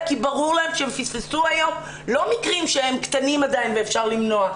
כי ברור להן שהן פספסו היום לא מקרים קטנים שאפשר למנוע.